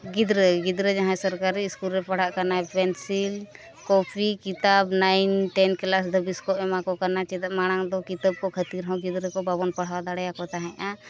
ᱜᱤᱫᱽᱨᱟᱹ ᱜᱤᱫᱽᱨᱟᱹ ᱡᱟᱦᱟᱸᱭ ᱥᱚᱨᱠᱟᱨᱤ ᱥᱠᱩᱞ ᱨᱮ ᱯᱟᱲᱦᱟᱜ ᱠᱟᱱᱟᱭ ᱯᱮᱱᱥᱤᱞ ᱠᱚᱯᱤ ᱠᱤᱛᱟᱵ ᱱᱟᱭᱤᱱ ᱴᱮᱱ ᱠᱞᱟᱥ ᱫᱷᱟᱹᱵᱤᱡ ᱠᱚ ᱮᱢᱟ ᱠᱚ ᱠᱟᱱᱟ ᱪᱮᱫᱟᱜ ᱢᱟᱲᱟᱝ ᱫᱚ ᱠᱤᱛᱟᱹᱵ ᱠᱚ ᱠᱷᱟᱹᱛᱤᱨ ᱦᱚᱸ ᱜᱤᱫᱽᱨᱟᱹ ᱠᱚ ᱵᱟᱵᱚᱱ ᱯᱟᱲᱦᱟᱣ ᱫᱟᱲᱮᱭᱟᱠᱚ ᱛᱟᱦᱮᱸᱫᱼᱟ